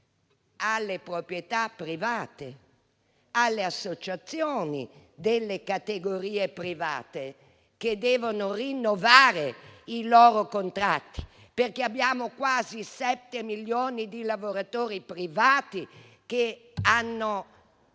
alle proprietà private e alle associazioni delle categorie private che devono rinnovare i loro contratti. Ci sono infatti quasi 7 milioni di lavoratori privati che ancora